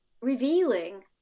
revealing